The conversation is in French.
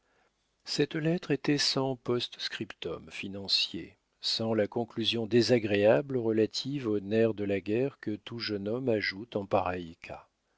cette lettre était sans post-scriptum financier sans la conclusion désagréable relative au nerf de la guerre que tout jeune homme ajoute en pareil cas